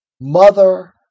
Mother